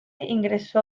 ingresó